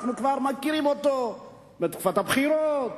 אנחנו כבר מכירים אותו מתקופת הבחירות,